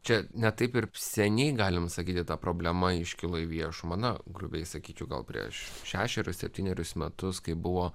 čia ne taip ir seniai galima sakyti ta problema iškilo į viešumą na grubiai sakyčiau gal prieš šešerius septynerius metus kai buvo